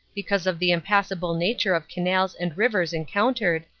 because of the impassable nature of canals and rivers encountered,